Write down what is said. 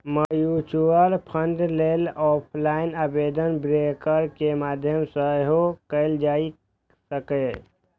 mutual fund लेल offline आवेदन broker के माध्यम सं सेहो कैल जा सकैए